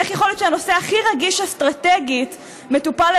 איך יכול להיות שהנושא הכי רגיש אסטרטגית מטופל על